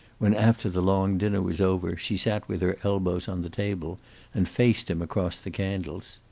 when, after the long dinner was over, she sat with her elbows on the table and faced him across the candles.